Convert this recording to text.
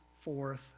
forth